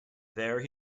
there